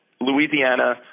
Louisiana